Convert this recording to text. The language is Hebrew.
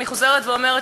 אני חוזרת ואומרת,